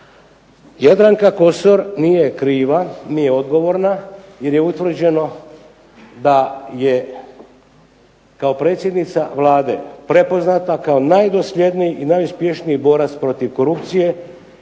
Jadranka Kosor nije kriva, nije odgovorna jer je utvrđeno da je kao predsjednica Vlade prepoznata kao najdosljedniji i najuspješniji borac protiv korupcije